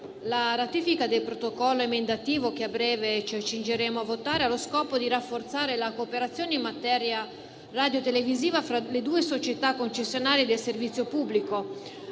la ratifica del Protocollo emendativo che a breve ci accingeremo a votare ha lo scopo di rafforzare la cooperazione in materia radiotelevisiva fra le due società concessionarie del servizio pubblico,